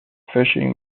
fishing